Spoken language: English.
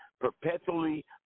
perpetually